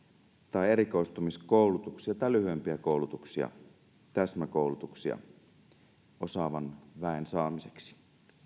tai erikoistumiskoulutuksia tai lyhyempiä koulutuksia täsmäkoulutuksia osaavan väen saamiseksi